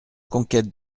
conquête